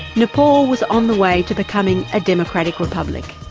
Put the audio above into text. nepal was on the way to becoming a democratic republic.